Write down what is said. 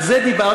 על זה דיברתי,